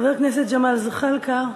חבר הכנסת ג'מאל זחאלקה.